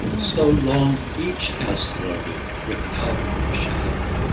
so long each has floated without a shadow.